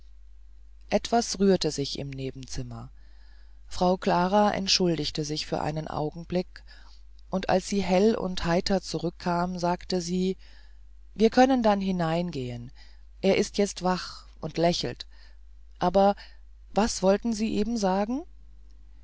etwas rührte sich im nebenzimmer frau klara entschuldigte sich für einen augenblick und als sie hell und heiter zurückkam sagte sie wir können dann hineingehen er ist jetzt wach und lächelt aber was wollten sie eben sagen